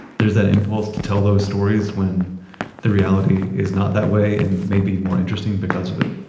there's that impulse to tell those stories when the reality is not that way and maybe more interesting because of it?